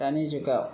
दानि जुगाव